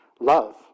Love